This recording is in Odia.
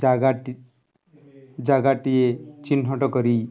ଜାଗାଟି ଜାଗାଟିଏ ଚିହ୍ନଟ କରି